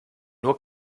nur